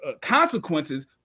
Consequences